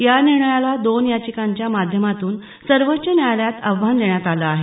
या निर्णयाला दोन याचिकांच्या माध्यमातून सर्वोच्च न्यायालयात आव्हान देण्यात आलं आहे